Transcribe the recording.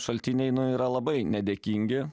šaltiniai yra labai nedėkingi